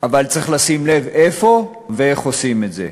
אבל צריך לשים לב איפה ואיך עושים את זה.